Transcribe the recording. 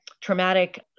traumatic